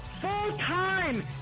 full-time